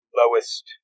lowest